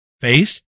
face